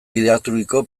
gidaturiko